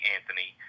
Anthony